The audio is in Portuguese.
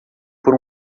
por